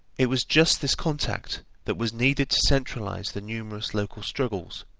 it was just this contact that was needed to centralise the numerous local struggles,